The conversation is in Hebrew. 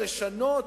ולשנות,